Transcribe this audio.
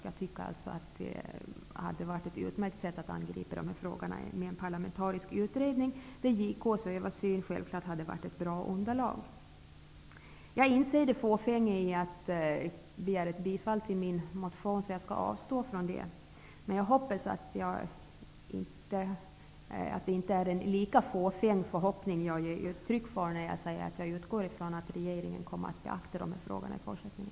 Jag tycker att det skulle vara ett utmärkt sätt att angripa dessa frågor med hjälp av en parlamentarisk utredning. JK:s översyn skulle självklart vara ett bra underlag. Jag inser det fåfänga i att yrka bifall till min motion. Jag skall avstå från det. Men jag hoppas att det inte är en lika fåfäng förhoppning jag ger uttryck för när jag säger att jag utgår från att regeringen kommer att beakta dessa frågor i fortsättningen.